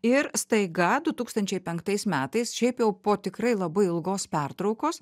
ir staiga du tūkstančiai penktais metais šiaip jau po tikrai labai ilgos pertraukos